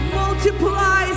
multiplies